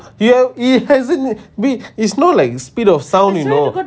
you it hasn't babe is not like a speed of sound you know